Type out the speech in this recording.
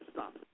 Stop